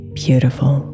beautiful